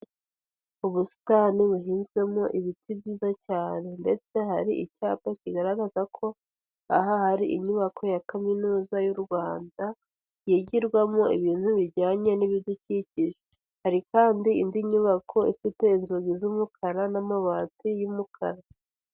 Ubusitani buhinzwemo ibiti byiza cyane ndetse hari icyapa kigaragaza ko aha hari inyubako ya kaminuza y'u Rwanda yigirwamo ibintu bijyanye n'ibidukikije, hari kandi indi nyubako ifite inzugi z'umukara n'amabati y'umukara.